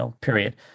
period